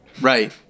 Right